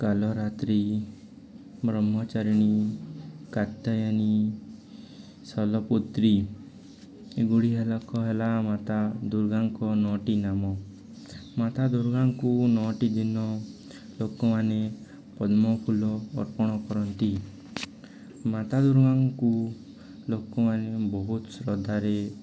କାଳରାତ୍ରି ବ୍ରହ୍ମଚାରିଣୀ କାର୍ତ୍ତୟନୀ ଶୈଲପୁତ୍ରୀ ଏଗୁଡ଼ି ହେଲା ଲୋକ ହେଲା ମାତା ଦୁର୍ଗାଙ୍କ ନଅଟି ନାମ ମାତା ଦୁର୍ଗାଙ୍କୁ ନଅଟି ଦିନ ଲୋକମାନେ ପଦ୍ମଫୁଲ ଅର୍ପଣ କରନ୍ତି ମାତା ଦୁର୍ଗାଙ୍କୁ ଲୋକମାନେ ବହୁତ ଶ୍ରଦ୍ଧାରେ